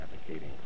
advocating